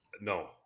No